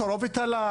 התערובת עלתה,